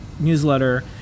newsletter